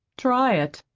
try it.